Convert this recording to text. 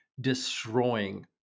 destroying